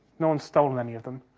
no one's stolen any of them,